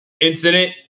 incident